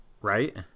right